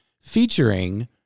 featuring